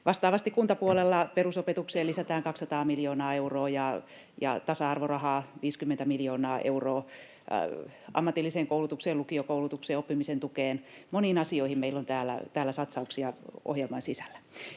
Vastaavasti kuntapuolella perusopetukseen lisätään 200 miljoonaa euroa ja tasa-arvorahaa 50 miljoonaa euroa ammatilliseen koulutukseen, lukiokoulutukseen, oppimisen tukeen. Moniin asioihin meillä on satsauksia täällä ohjelman sisällä.